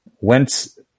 went